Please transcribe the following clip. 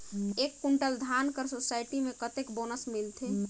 एक कुंटल धान कर सोसायटी मे कतेक बोनस मिलथे?